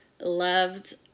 loved